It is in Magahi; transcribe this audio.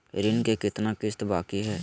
ऋण के कितना किस्त बाकी है?